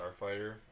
Starfighter